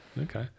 Okay